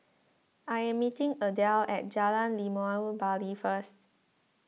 I am meeting Adele at Jalan Limau Bali first